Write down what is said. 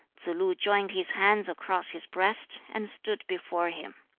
two. tsze-lu joined his hands across his breast, and stood before him.